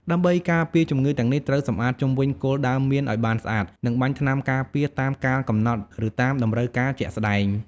ដើម្បីការពារជំងឺទាំងនេះ ត្រូវសម្អាតជុំវិញគល់ដើមមៀនឱ្យបានស្អាត និងបាញ់ថ្នាំការពារតាមកាលកំណត់ ឬតាមតម្រូវការជាក់ស្តែង។